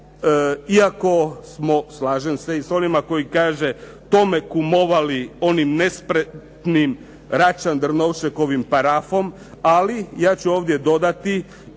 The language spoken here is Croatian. iako smo, slažem se i s onima koji kažu, tome kumovali onim nespretnim Račan-Drnovšekovim parafom, ali ja ću ovdje dodati